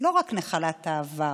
רק נחלת העבר